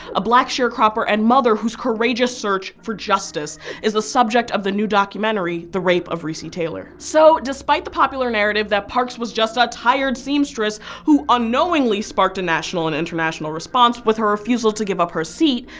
a black sharecropper and mother whose courageous search for justice is the subject of the new documentary the rape of recy taylor. so despite the popular narrative that parks was just a tired seamstress who unknowingly sparked a national and international response with her refusal to give up her seat,